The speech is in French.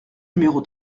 numéro